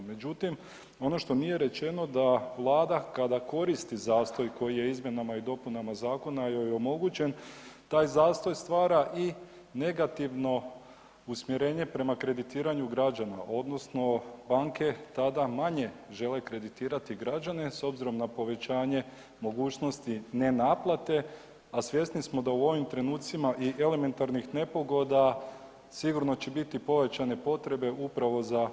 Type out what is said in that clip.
Međutim, ono što nije rečeno da Vlada kada koristi zastoj koji je izmjenama i dopunama joj omogućen, taj zastoj stvara ih i negativno usmjerenje prema kreditiranju građana odnosno banke tada manje žele kreditirati građane s obzirom na povećanje mogućnosti ne naplate a svjesni smo da u ovim trenucima i elementarnih nepogoda, sigurno će biti pojačane potrebe za podizanjem kredita.